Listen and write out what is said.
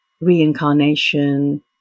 reincarnation